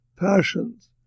passions